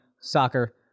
soccer